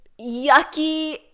yucky